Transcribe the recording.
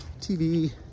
tv